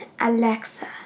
Alexa